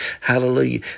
Hallelujah